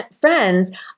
friends